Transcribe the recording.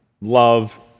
love